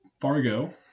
Fargo